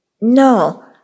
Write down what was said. No